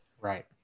Right